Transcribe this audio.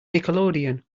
nickelodeon